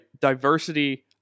diversity